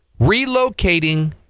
Relocating